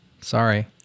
Sorry